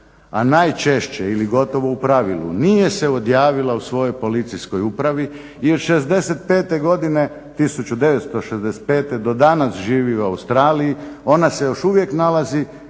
a najčešće ili gotovo u pravilu nije se odjavila u svojoj policijskoj upravi i od 1965. do danas živi u Australiji ona se još uvijek nalazi